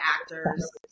actors